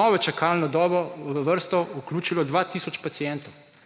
novo čakalno dobo, v vrsto vključilo 2 tisoč pacientov.